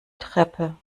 treppe